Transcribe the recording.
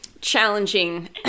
challenging